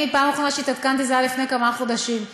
הפעם האחרונה שהתעדכנתי הייתה לפני כמה חודשים.